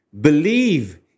Believe